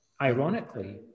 ironically